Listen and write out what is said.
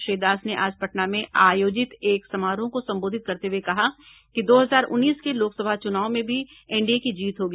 श्री दास ने आज पटना में आयोजित एक समारोह को संबोधित करते हुये कहा कि दो हजार उन्नीस के लोकसभा चुनाव में भी एनडीए की जीत होगी